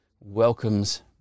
welcomes